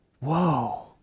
Whoa